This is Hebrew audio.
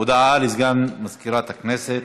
הודעה לסגן מזכירת הכנסת.